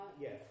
Yes